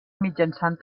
mitjançant